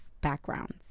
backgrounds